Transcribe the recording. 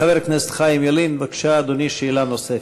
חבר הכנסת חיים ילין, בבקשה, אדוני, שאלה נוספת.